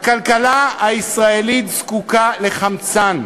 הכלכלה הישראלית זקוקה לחמצן,